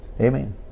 Amen